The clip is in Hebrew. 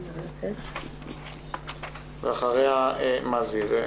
מזרחי, בבקשה, ואחריה נשמע עדות בעילום שם.